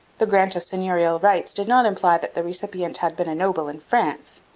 the grant of seigneurial rights did not imply that the recipient had been a noble in france.